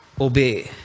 obey